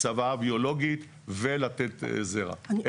לנשים וגברים שמתגייסים לצבא ומסכנים את